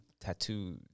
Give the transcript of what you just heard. tattoo